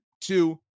two